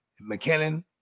McKinnon